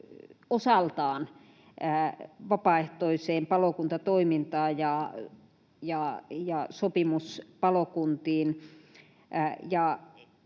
osaltaan vapaaehtoiseen palokuntatoimintaan ja sopimuspalokuntiin.